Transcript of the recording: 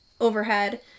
overhead